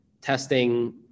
testing